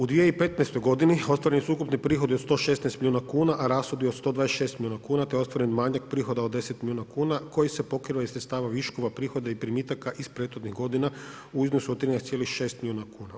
U 2015. g. ostvareni su ukupni prihodi od 116 milijuna kuna, a rashodi od 126 milijuna kuna, te je ostvaren manjak prihoda od 10 milijuna kuna, koji se pokriva iz sredstava viškova prihoda i primitaka iz prethodnih godina u iznosu od 13,6 milijuna kuna.